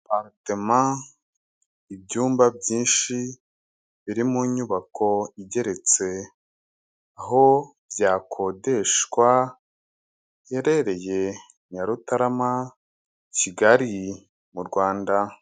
Aparitema ibyumba byinshi biri mu nyubako igeretse, aho byakodeshwa biherereye Nyarutarama, Kigali mu Rwanda.